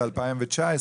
זה 2019,